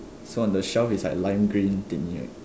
so on the shelf is like lime green thingy right